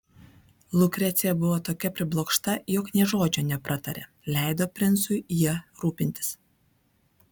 lukrecija buvo tokia priblokšta jog nė žodžio nepratarė leido princui ja rūpintis